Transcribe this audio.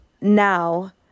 now